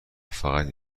فقط